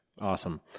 Awesome